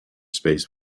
space